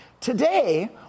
Today